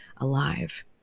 alive